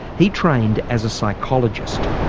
he trained as a psychologist.